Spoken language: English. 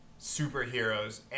superheroes